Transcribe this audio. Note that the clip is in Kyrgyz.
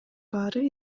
баары